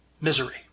Misery